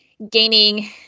gaining